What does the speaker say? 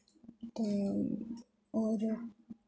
ते होर